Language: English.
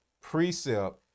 precept